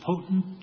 potent